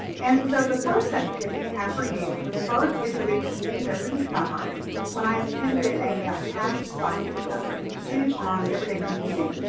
and so the first activity i have for you was first introduced to me over the summer when i attended a yeah pathfinder summer institute on everyday computing.